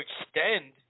extend